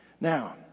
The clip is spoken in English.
Now